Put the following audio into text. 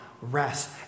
rest